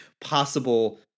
possible